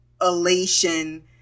elation